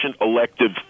elective